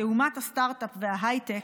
כאומת הסטרטאפ וההייטק,